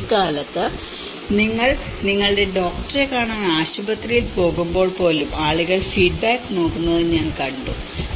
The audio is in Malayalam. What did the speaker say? ഇക്കാലത്ത് നിങ്ങൾ നിങ്ങളുടെ ഡോക്ടറെ കാണാൻ ആശുപത്രിയിൽ പോകുമ്പോൾ പോലും ആളുകൾ ഫീഡ്ബാക്ക് നോക്കുന്നത് ഞാൻ കണ്ടു